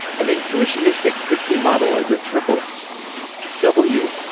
an intuitionistic kripke model is a triple w,